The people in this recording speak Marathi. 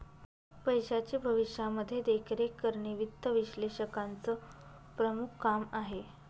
पैशाची भविष्यामध्ये देखरेख करणे वित्त विश्लेषकाचं प्रमुख काम आहे